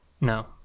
No